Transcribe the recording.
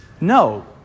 no